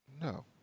No